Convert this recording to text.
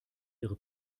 ihre